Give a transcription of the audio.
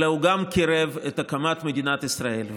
אלא הוא גם קירב את הקמת מדינת ישראל.